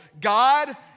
God